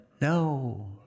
no